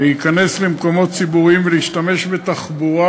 להיכנס למקומות ציבוריים ולהשתמש בתחבורה